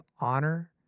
honor